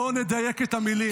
בואו נדייק את המילים,